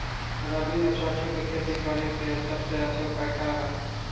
रबी में सरसो के खेती करे के सबसे अच्छा उपाय का बा?